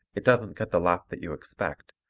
it doesn't get the laugh that you expect,